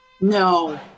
No